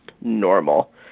normal